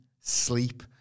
sleep